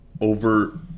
over